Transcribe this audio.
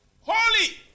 holy